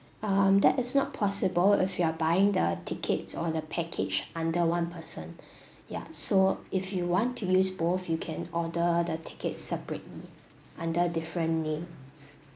um that is not possible if you are buying the tickets on the package under one person ya so if you want to use both you can order the tickets separately under different names